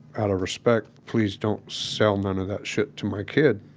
out of respect, please don't sell none of that shit to my kid